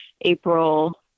April